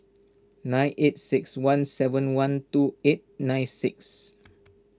nine eight six one seven one two eight nine six